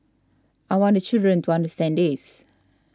I want the children to understand this